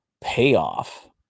payoff